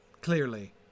clearly